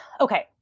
okay